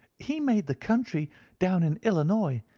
he made the country down in illinois,